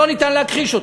שלא ניתן להכחיש אותה.